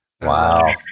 Wow